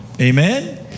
Amen